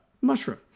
mushroom